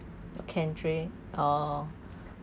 canned drink oh